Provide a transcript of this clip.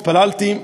התפללתי,